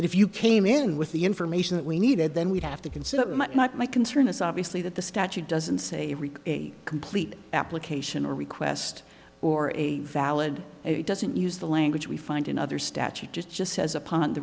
that if you came in with the information that we needed then we'd have to consider not my concern is obviously that the statute doesn't say a complete application or request or a valid it doesn't use the language we find in other statute just just says upon